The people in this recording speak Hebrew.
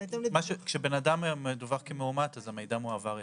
כשבן אדם מדווח כמאומת, המידע מועבר ישירות.